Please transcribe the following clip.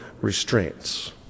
restraints